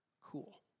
cool